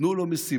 תנו לו משימה,